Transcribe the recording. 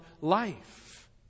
life